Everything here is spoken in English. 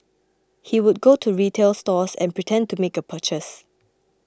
he would go to retail stores and pretend to make a purchase